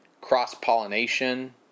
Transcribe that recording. cross-pollination